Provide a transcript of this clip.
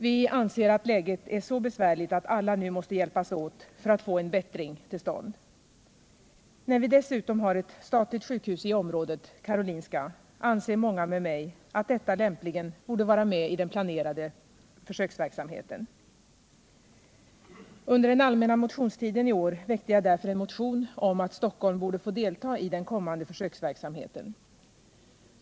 Vi anser att läget är så besvärligt att alla nu måste hjälpas åt för att vi skall kunna få en bättring till stånd. När vi dessutom har ett statligt sjukhus i området, Karolinska sjukhuset, anser många med mig att detta lämpligen borde vara med i den planerade försöksverksamheten. Under den allmänna motionstiden i år väckte jag därför en motion om att Stockholm borde få delta i den kommande försöksverksamheten.